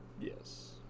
Yes